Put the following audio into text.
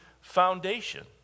foundation